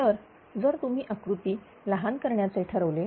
तर जर तुम्ही आकृती लहान करण्याचे ठरवले